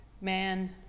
man